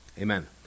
amen